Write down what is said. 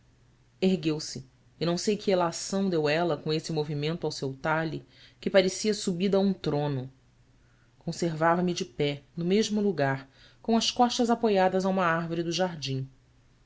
ergueu-se e não sei que elação deu ela com esse movimento ao seu talhe que parecia subida a um trono conservava me de pé no mesmo lugar com as costas apoiadas a uma árvore do jardim